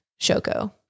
Shoko